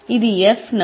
ఇది F నా